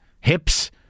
hips